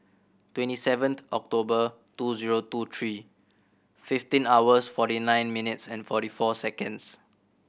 twenty seven October two zero two three fifteen hours forty nine minutes and forty four seconds